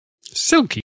Silky